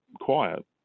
quiet